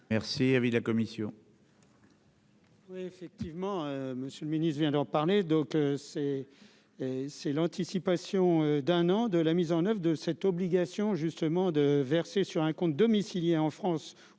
merci avec de la commission.